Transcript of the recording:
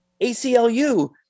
ACLU